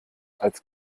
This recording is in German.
als